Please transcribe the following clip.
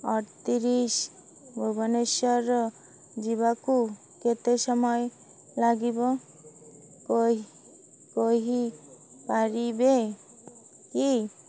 ଅଡ଼ତିରିଶି ଭୁବନେଶ୍ୱରର ଯିବାକୁ କେତେ ସମୟ ଲାଗିବ କହିପାରିବେ କି